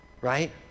right